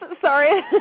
Sorry